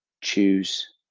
choose